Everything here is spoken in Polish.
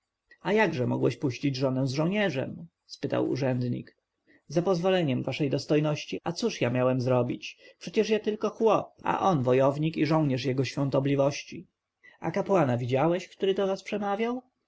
jakże mogłeś puścić żonę z żołnierzem spytał urzędnik za pozwoleniem waszej dostojności a cóż ja miałem zrobić przeciem ja tylko chłop a on wojownik i żołnierz jego świątobliwości a kapłana widziałeś który do was przemawiał